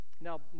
Now